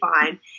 fine